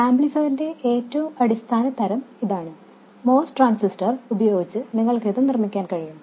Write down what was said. ആംപ്ലിഫയറിന്റെ ഏറ്റവും അടിസ്ഥാന തരം ഇതാണ് MOS ട്രാൻസിസ്റ്റർ ഉപയോഗിച്ച് നിങ്ങൾക്കിത് നിർമ്മിക്കാൻ കഴിയും